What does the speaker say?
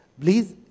Please